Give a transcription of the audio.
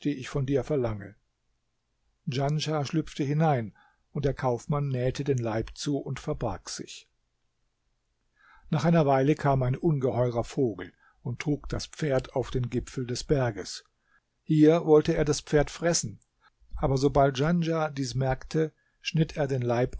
ich von dir verlange djanschah schlüpfte hinein und der kaufmann nähte den leib zu und verbarg sich nach einer weile kam ein ungeheurer vogel und trug das pferd auf den gipfel des berges hier wollte er das pferd fressen aber sobald djanschah dies merkte schnitt er den leib